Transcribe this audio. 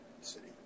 City